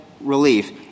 relief